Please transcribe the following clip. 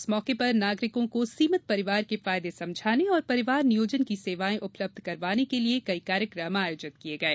इस मौके पर नागरिकों को सीमित परिवार के फायदे समझाने और परिवार नियोजन की सेवाएँ उपलब्ध करवाने के लिये कई कार्यक्रम आयोजित किये गये